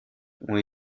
ont